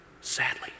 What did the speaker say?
sadly